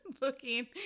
looking